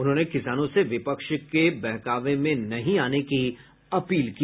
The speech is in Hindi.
उन्होंने किसानों से विपक्ष के बहकावे में नहीं आने की अपील की